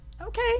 okay